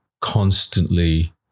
constantly